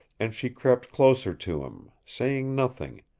and she crept closer to him, saying nothing,